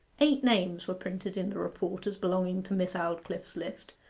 eight names were printed in the report as belonging to miss aldclyffe's list,